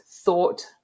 thought